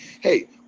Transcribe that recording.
Hey